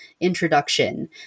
introduction